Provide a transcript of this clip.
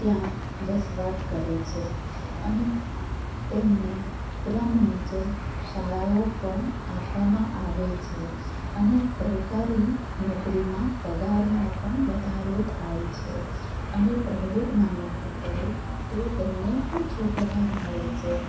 ત્યાં વસવાટ કરે છે અને તેમને ક્રમ મુજબ શાળાઓ પણ આપવામાં આવે છે અને સરકારી નોકરીમાં પગારનો પણ વધારો થાય છે અને પ્રાઈવેટમાં નોકરી કરે તો તેમને ઓછો પગાર મળે છે